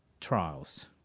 trials